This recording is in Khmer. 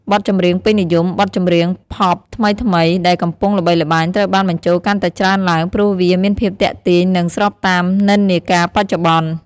បទចម្រៀងពេញនិយម បទចម្រៀង ផប់ថ្មីៗដែលកំពុងល្បីល្បាញត្រូវបានបញ្ចូលកាន់តែច្រើនឡើង ព្រោះវាមានភាពទាក់ទាញ និងស្របតាមនិន្នាការបច្ចុប្បន្ន។